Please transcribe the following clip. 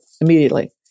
immediately